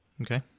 Okay